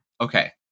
Okay